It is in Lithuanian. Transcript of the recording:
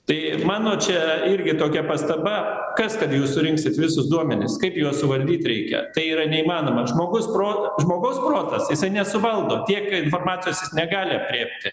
tai mano čia irgi tokia pastaba kas kad jūs surinksit visus duomenis kaip juos suvaldyt reikia tai yra neįmanoma žmogus pro žmogaus protas nesuvaldo tiek informacijos jis negali aprėpti